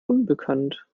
unbekannt